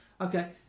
Okay